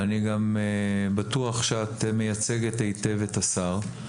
אני גם בטוח שאת מייצגת היטב את השר.